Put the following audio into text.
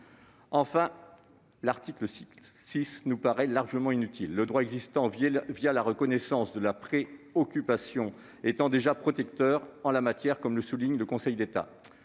Enfin, l'article 6 nous paraît largement inutile, le droit existant, la reconnaissance de la « pré-occupation », étant déjà protecteur en la matière, comme le souligne le Conseil d'État.